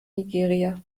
nigeria